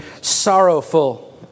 sorrowful